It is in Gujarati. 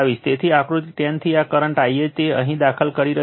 તેથી આકૃતિ 10 થી આ કરંટ Ia તે અહીં દાખલ કરી રહ્યું છે